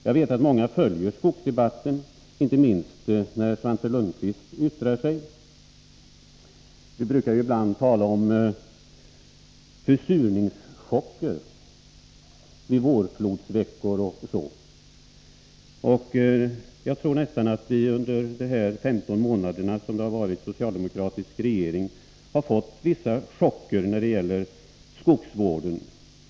Jag vet att många följer skogsdebatten, inte minst när Svante Lundkvist yttrar sig. Vi brukar ibland tala om försurningschocker under vårflodsveckorna. Jag tror nästan att vi under de 15 månader som vi har haft en socialdemokratisk regering har fått vissa chocker när det gäller skogsvården.